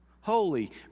Holy